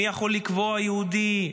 מי יכול לקבוע מי יהודי.